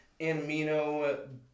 amino